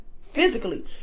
physically